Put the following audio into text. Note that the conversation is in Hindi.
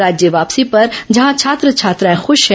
राज्य वापसी पर जहां छात्र छात्राएं खुश हैं